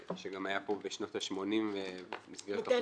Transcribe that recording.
שגם היה פה בשנות ה-80 במסגרת תוכנית ההבראה.